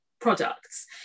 products